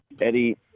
Eddie